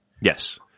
Yes